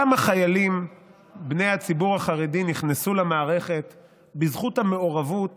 כמה חיילים בני הציבור החרדי נכנסו למערכת בזכות המעורבות